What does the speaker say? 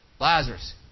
Lazarus